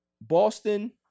Boston